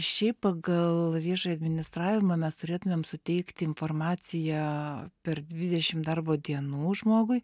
šiaip pagal viešąjį administravimą mes turėtumėm suteikti informaciją per dvidešim darbo dienų žmogui